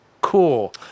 cool